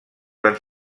van